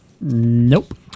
Nope